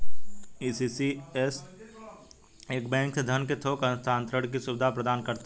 ECS एक bank से धन के थोक हस्तांतरण की सुविधा प्रदान करता है